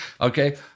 okay